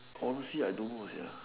honestly I don't know sia